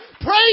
Praise